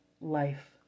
life